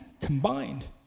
combined